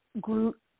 Groot